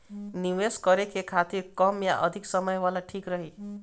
निवेश करें के खातिर कम या अधिक समय वाला ठीक रही?